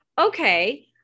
Okay